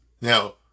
Now